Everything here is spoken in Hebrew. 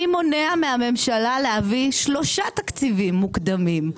מי מונע מהממשלה להביא שלושה תקציבים מוקדמים,